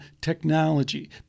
technology